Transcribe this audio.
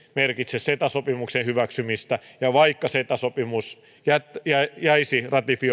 se että tämä kumppanuussopimus ei merkitse ceta sopimuksen hyväksymistä ja vaikka ceta sopimus jäisi ratifioimatta niin tavallaan nämä